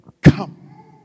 Come